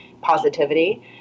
positivity